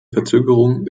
verzögerung